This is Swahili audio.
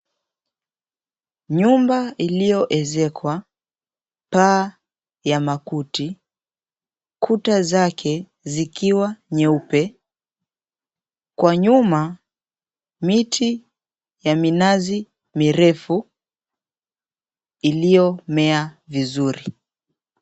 Nyumba ilivyoezekwa paa ya makuti. Kuta zake zikiwa nyeupe kwa nyuma miti ya minazi mirefu iliyomea vizuri.